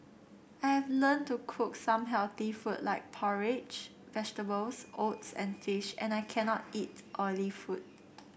I have learned to cook some healthy food like porridge vegetables oats and fish and I cannot eat oily food